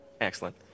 Excellent